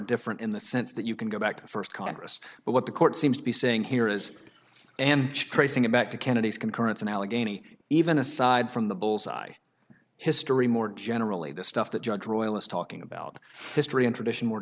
different in the sense that you can go back to the first congress but what the court seems to be saying here is and tracing it back to kennedy's concurrence in allegheny even aside from the bull's eye history more generally the stuff that you're drawing was talking about history and tradition more